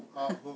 !huh!